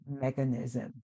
mechanism